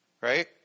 Right